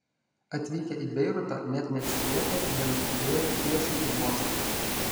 atvykę į beirutą net neatsikvėpę jie nuskubėjo tiesiai į uostą